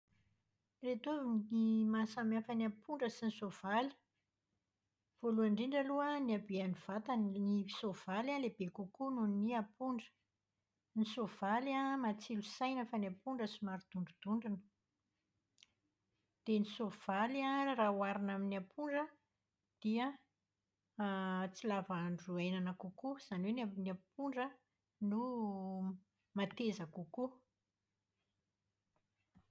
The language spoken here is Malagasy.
Ireto avy ny mahasamihafa ny apondra sy ny soavaly. Voalohany indrindra aloha an, ny haben'ny vatany. Ny soavaly an, lehibe kokoa noho ny apondra. Ny soavaly an matsilo saina fa ny apondra somary dondrodondrona. Dia ny soavaly an raha oharina amin'ny apondra, dia tsy lava andro iainana kokoa. Izany hoe ny a- ny apondra no mateza kokoa.